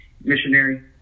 missionary